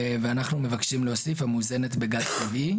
אנחנו מבקשים להוסיף: "המוזנת בגז טבעי".